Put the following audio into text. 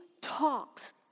talks